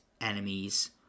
enemies